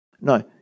No